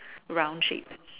round shape